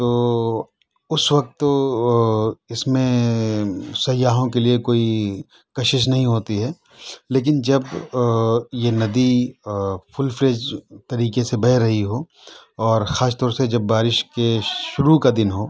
تو اس وقت اس میں سیاحوں کے لیے کوئی کشش نہیں ہوتی ہے لیکن جب یہ ندی فل فلیش طریقے سے بہہ رہی ہو اور خاص طور سے جب بارش کے شروع کا دن ہو